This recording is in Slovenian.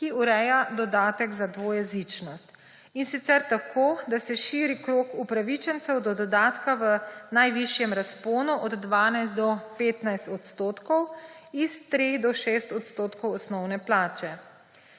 ki ureja dodatek za dvojezičnost, in sicer tako da se širi krog upravičencev do dodatka v najvišjem razponu od 12 do 15 odstotkov s 3 do 6 odstotkov osnovne plače.